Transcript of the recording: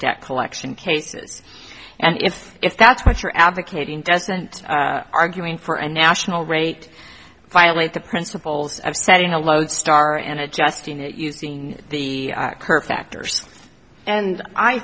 debt collection cases and if if that's what you're advocating doesn't arguing for a national rate violate the principles of setting a lodestar and adjusting it using the current factors and i